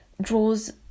draws